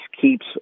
keeps